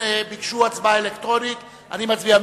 ביקשו הצבעה אלקטרונית, נצביע.